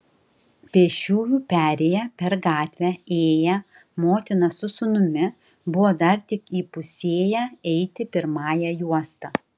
pėsčiųjų perėja per gatvę ėję motina su sūnumi buvo dar tik įpusėję eiti pirmąja juosta